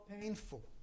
painful